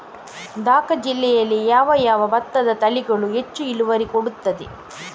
ದ.ಕ ಜಿಲ್ಲೆಯಲ್ಲಿ ಯಾವ ಯಾವ ಭತ್ತದ ತಳಿಗಳು ಹೆಚ್ಚು ಇಳುವರಿ ಕೊಡುತ್ತದೆ?